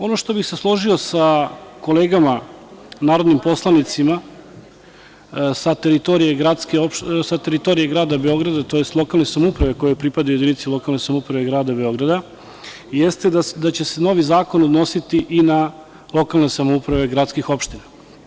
Ono što bih se složio sa kolegama narodnim poslanicima, sa teritorije grada Beograda, tj. lokalne samouprave koje pripadaju jedinici lokalne samouprave grada Beograda, jeste da će se novi zakon odnositi i na lokalne samouprave gradskih opština.